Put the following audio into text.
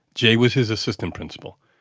jay was his assistant principal.